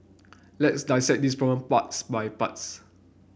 let's dissect this problem parts by parts